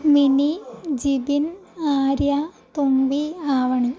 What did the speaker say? mini Jithin Arya Thumbi Avani